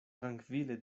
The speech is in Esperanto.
trankvile